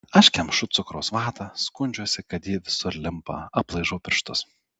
aš kemšu cukraus vatą skundžiuosi kad ji visur limpa aplaižau pirštus